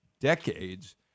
decades